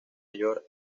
york